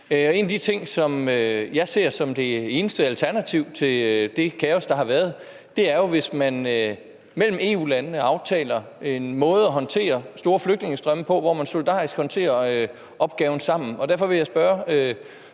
en af de ting, jeg ser som det eneste alternativ til det kaos, der har været, er jo, at man mellem EU-landene aftaler en måde at håndtere store flygtningestrømme på, hvor man solidarisk håndterer opgaven sammen. Derfor vil jeg spørge